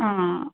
ആ